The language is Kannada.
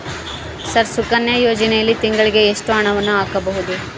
ಸರ್ ಸುಕನ್ಯಾ ಯೋಜನೆಯಲ್ಲಿ ತಿಂಗಳಿಗೆ ಎಷ್ಟು ಹಣವನ್ನು ಹಾಕಬಹುದು?